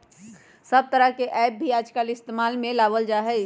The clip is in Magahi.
सब तरह के ऐप भी आजकल इस्तेमाल में लावल जाहई